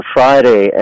Friday